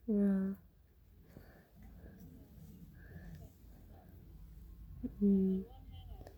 ya mm